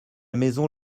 maison